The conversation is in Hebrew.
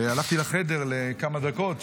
הלכתי לחדר לכמה דקות,